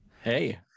Hey